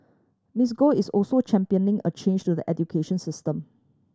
Miss Go is also championing a change to the education system